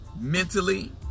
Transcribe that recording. mentally